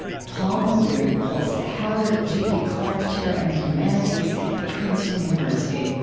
paul muldoon holds the howard g b. clark chair in the humanities at princeton university.